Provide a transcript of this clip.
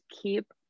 keep